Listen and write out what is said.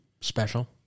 special